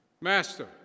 Master